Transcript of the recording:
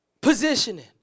Positioning